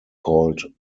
called